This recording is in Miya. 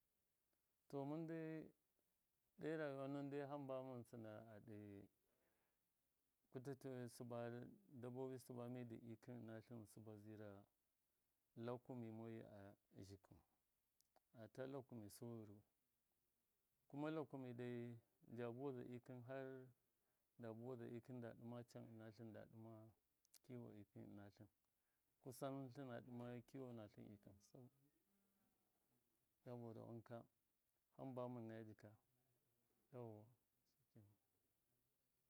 To mɨndai ɗe rayuwa nuwɨn dai hamba mɨn sɨna a ɗe kutato sɨba dabbobi sɨba midi ikɨm ɨnatlɨn sɨba zira lakumṫ moyi a zhɨku ata lakumi su ghɨru kuma lakumi dai nja buwaza, ikɨn har da buwaza da ɗɨma can ɨnatlɨn ikɨn da ɗɨma can ɨnatlɨn da ɗɨma kiwo ɨnatlɨn kusa tlṫnanɗṫma kṫwo natlṫn tkhṫn soboda wonka hamba mɨne naya jika.